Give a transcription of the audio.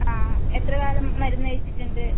ആ എത്ര കാലം മരുന്ന് കഴിച്ചിട്ട് ഉണ്ട്